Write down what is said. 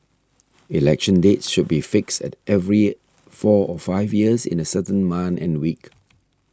election dates should be fixed at every year four or five years in a certain month and week